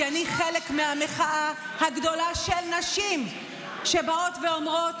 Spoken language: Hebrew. כי אני חלק מהמחאה הגדולה של נשים שבאות ואומרות: